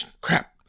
crap